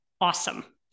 awesome